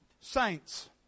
saints